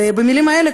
ובמילים האלה,